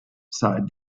sighed